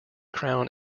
crown